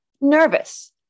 Nervous